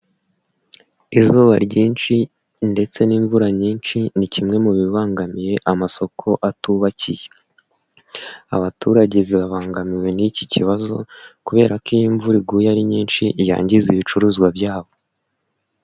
Izuba ryinshi ndetse n'imvura nyinshi ni kimwe mu bibangamiye amasoko atubakiye. Abaturage bibangamiwe n'iki kibazo, kubera ko imvura iguye ari nyinshi yangiza ibicuruzwa byabo.